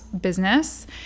business